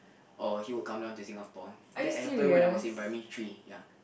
or he would come down to Singapore that happened when I was in primary three ya